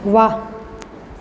વાહ